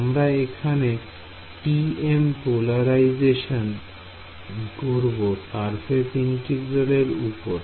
আমরা এখানে T M polarisation করব সারফেস ইন্টিগ্রাল এর উপরে